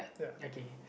okay